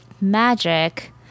magic